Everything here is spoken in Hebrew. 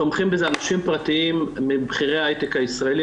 תומכים בזה אנשים פרטיים מההייטק הישראלי,